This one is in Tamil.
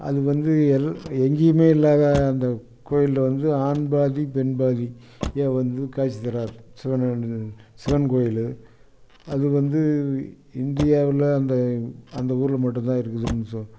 அது வந்து எங்கேயும் இல்லாத அந்த கோயிலில் வந்து ஆண்பாதி பெண்பாதி இதில் வந்து காட்சி தர்றார் சிவன் சிவன் கோயில் அது வந்து இந்தியாவில் அந்த அந்த ஊரில் மட்டுந்தான் இருக்குதுனு